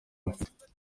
bafite